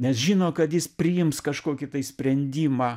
nes žino kad jis priims kažkokį tai sprendimą